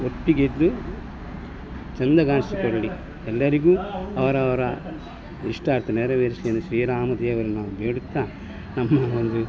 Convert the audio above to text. ಒಟ್ಟಿಗಿದ್ದು ಚೆಂದಗಾಣಿಸಿ ಕೊಡಲಿ ಎಲ್ಲರಿಗೂ ಅವರವರ ಇಷ್ಟಾರ್ಥ ನೆರವೇರಿಸಿ ಎಂದು ಶ್ರೀರಾಮ ದೇವರಲ್ಲಿ ನಾವು ಬೇಡುತ್ತ ನಮ್ಮ ಒಂದು